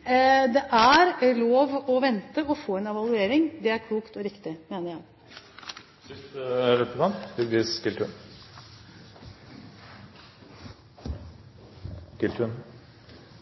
Det er lov å vente på en evaluering. Det er klokt og riktig, mener jeg.